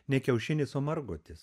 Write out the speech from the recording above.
ne kiaušinis o margutis